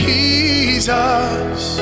Jesus